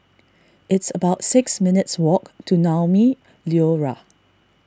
it's about six minutes' walk to Naumi Liora